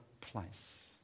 place